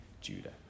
Judah